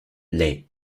lai